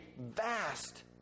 vast